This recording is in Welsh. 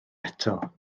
eto